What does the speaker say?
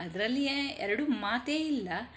ಅದರಲ್ಲಿಯೆ ಎರಡು ಮಾತೇ ಇಲ್ಲ